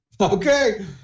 Okay